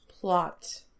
Plot